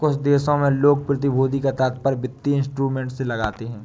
कुछ देशों में लोग प्रतिभूति का तात्पर्य वित्तीय इंस्ट्रूमेंट से लगाते हैं